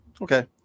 Okay